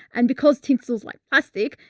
and because tinsel's like plastic,